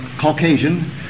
Caucasian